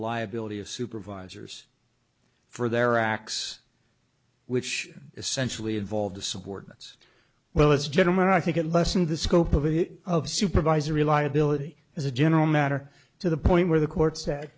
liability of supervisors for their acts which essentially involve to subordinates well as gentlemen i think it lessened the scope of it of supervisory liability as a general matter to the point where the court said